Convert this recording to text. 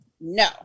No